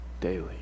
daily